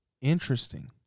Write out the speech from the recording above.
Interesting